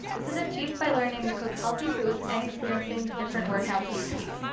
this is achieved by learning to cook healthy foods, and experiencing different workouts each week.